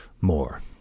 more